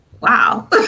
wow